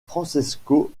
francesco